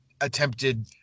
attempted